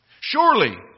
Surely